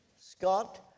Scott